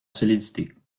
solidité